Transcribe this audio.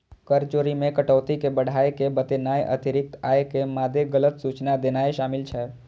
कर चोरी मे कटौती कें बढ़ाय के बतेनाय, अतिरिक्त आय के मादे गलत सूचना देनाय शामिल छै